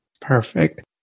Perfect